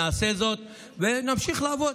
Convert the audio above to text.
נעשה זאת ונמשיך לעבוד.